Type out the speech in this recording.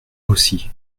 aussi